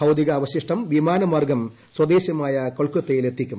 ഭൌതികാവശിഷ്ടം വിമാനമാർഗ്ഗം സ്വദേശമായ കൊൽക്കത്തയിലെത്തിക്കും